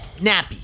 nappy